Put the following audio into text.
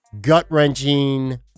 gut-wrenching